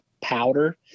powder